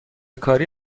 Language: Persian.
کاری